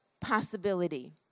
possibility